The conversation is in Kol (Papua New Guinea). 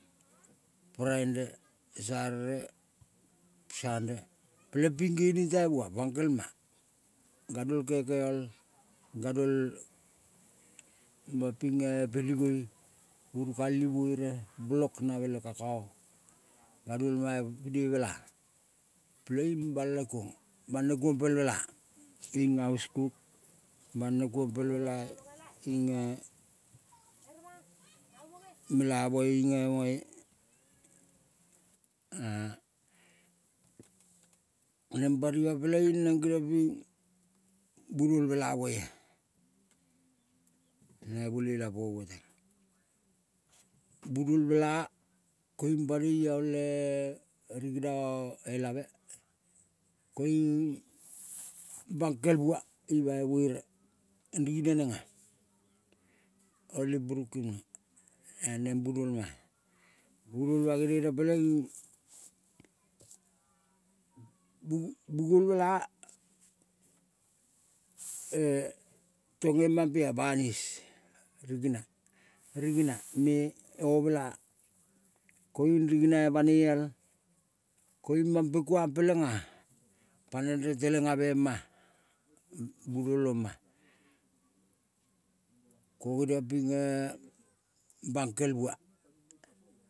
Prinde, sarere, sande peleng ping gening tai bua bangkel ma ganuol kekeol, ganuol mapinge peligoi, urukal ivere blok nave le kakao ganiol ma ipine el mela peleing bala kuong, balne kuong pel mela inge aus kuke, balne kuong pel mela inge, mela moe inge moe neng banima peleing neng geniong ping bunol mela moea nai bolela pomua tang. Bunol mela koiung banoi aole rigina-a elave koiung bangkel bua ima, vere rine nenga oli burukim e neng bunolma. Bunolma gene peleing bungol mela-e tang emampea banis rigina, rigina me omela. Koiung rigina banela koiung mampe kuang pelenga paneng renteleng avema bunol oma-a ko geniong ping bangkel bua.